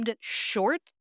short